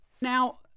Now